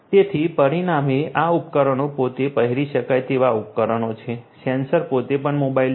તેથી પરિણામે આ ઉપકરણો પોતે પહેરી શકાય તેવા ઉપકરણો છે સેન્સર પોતે પણ મોબાઇલ છે